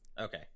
Okay